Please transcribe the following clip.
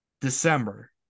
December